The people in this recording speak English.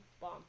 Bomb